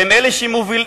והם אלה שמובילים